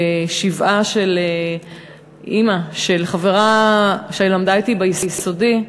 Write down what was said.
ב"שבעה" על אימא של חברה שלמדה אתי ביסודי,